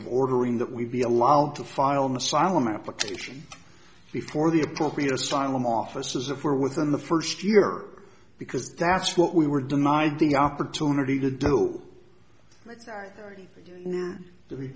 of ordering that we be allowed to file an asylum application before the appropriate asylum offices that were within the first year because that's what we were denied the opportunity to do to be